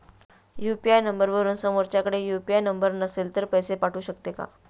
UPI नंबरवरून समोरच्याकडे UPI number नसेल तरी पैसे पाठवू शकते का?